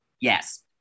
Yes